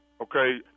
Okay